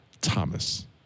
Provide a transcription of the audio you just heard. Thomas